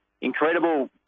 incredible